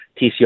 TCO